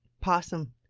Possum